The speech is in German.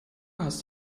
hast